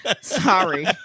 Sorry